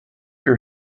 your